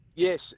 Yes